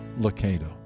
Locato